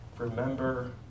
Remember